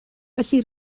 felly